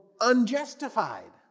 unjustified